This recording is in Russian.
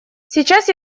сейчас